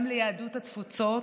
גם ליהדות התפוצות,